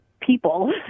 people